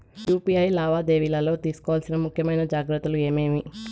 UPI లావాదేవీలలో తీసుకోవాల్సిన ముఖ్యమైన జాగ్రత్తలు ఏమేమీ?